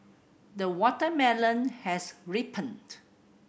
the watermelon has ripened